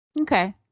Okay